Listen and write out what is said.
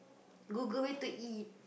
Google it to E